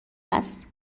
است